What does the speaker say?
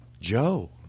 Joe